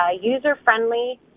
user-friendly